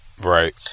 Right